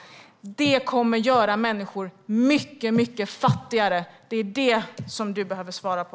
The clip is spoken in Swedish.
Det kommer att göra människor mycket fattigare. Det är detta som du behöver svara på.